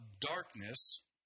darkness